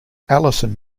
allison